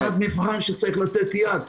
שעת מבחן שצריך לתת יד.